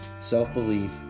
Self-belief